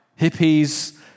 hippies